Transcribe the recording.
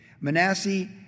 Manasseh